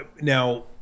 Now